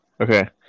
Okay